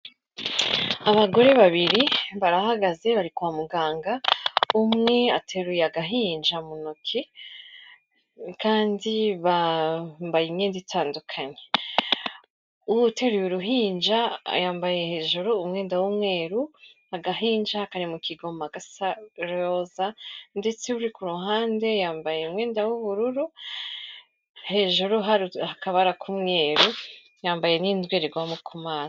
Abagore babiri barahagaze bari kwa muganga, umwe ateruye agahinja mu ntoki kandi bambaye imyenda itandukanye. Uwo uteruye uruhinja yambaye hejuru umwenda w'umweru, agahinja kari mu kigoma gasa iroza ndetse uri ku ruhande yambaye umwenda w'ubururu, hejuru hari akabara k'umweru, yambaye n'indorerwamo ku maso.